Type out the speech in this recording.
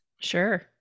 Sure